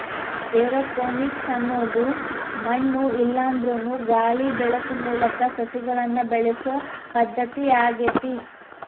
aeroponics ಅನ್ನೋದು ಮಣ್ಣು ಇಲ್ಲಾಂದ್ರನು ಗಾಳಿ ಬೆಳಕು ಮೂಲಕ ಸಸಿಗಳನ್ನ ಬೆಳಿಸೋ ಪದ್ಧತಿ ಆಗೇತಿ